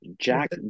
Jack